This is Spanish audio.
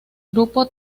grupo